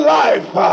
life